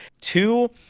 two